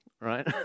Right